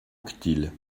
anquetil